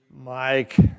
Mike